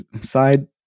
side